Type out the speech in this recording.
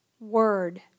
word